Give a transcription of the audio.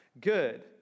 good